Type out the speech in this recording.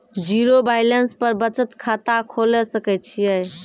Zero balance पर बचत खाता खोले सकय छियै?